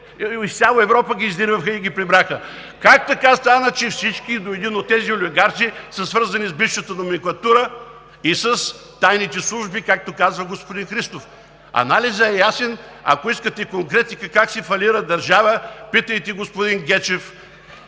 Из цяла Европа ги издирваха и ги прибраха. Как така стана, че всички до един от тези олигарси са свързани с бившата номенклатура и с тайните служби, както казва господин Христов. Анализът е ясен. Ако искате и конкретика как се фалира държава, питайте господин Гечев,